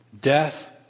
death